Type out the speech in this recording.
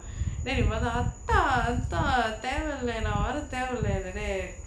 then your mother அதா அந்த தேவல்ல நா வர தேவல்ல:atha antha thevalla naa vara thevalla you did